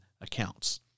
accounts